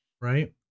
Right